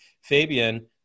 Fabian